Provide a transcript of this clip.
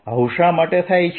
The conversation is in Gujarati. આવું શા માટે થાય છે